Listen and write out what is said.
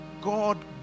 God